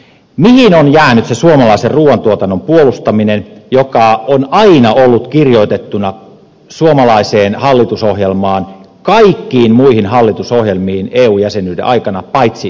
mihin on jäänyt se suomalaisen ruuantuotannon puolustaminen joka on aina ollut kirjoitettuna suomalaiseen hallitusohjelmaan kaikkiin muihin hallitusohjelmiin eu jäsenyyden aikana paitsi nyt tähän